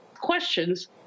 questions